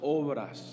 obras